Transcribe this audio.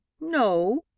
No